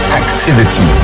activity